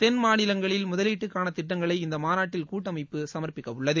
தென் மாநிலங்களில் முதலீட்டுக்கானத் திட்டங்களை இந்த மாநாட்டில் கூட்டமைப்பு சமாபிக்கவுள்ளது